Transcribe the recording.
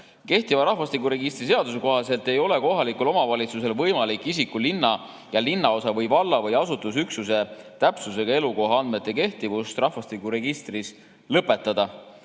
teada. Kehtiva rahvastikuregistri seaduse kohaselt ei ole kohalikul omavalitsusel võimalik isiku linna ja linnaosa või valla või asustusüksuse täpsusega elukoha andmete kehtivust rahvastikuregistris lõpetada.